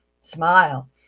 Smile